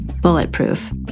bulletproof